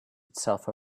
itself